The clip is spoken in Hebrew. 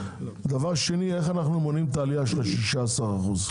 דבר שני הוא איך אנחנו מונעים את העלייה של 16 האחוזים?